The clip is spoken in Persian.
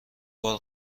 بار